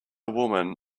woman